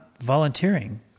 volunteering